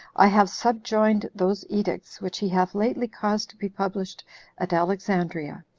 i have subjoined those edicts which he hath lately caused to be published at alexandria,